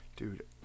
Dude